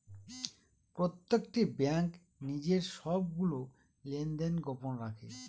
প্রত্যেকটি ব্যাঙ্ক নিজের সবগুলো লেনদেন গোপন রাখে